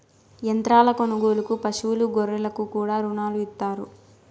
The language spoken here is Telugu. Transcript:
యంత్రాల కొనుగోలుకు పశువులు గొర్రెలకు కూడా రుణాలు ఇత్తారు